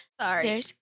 Sorry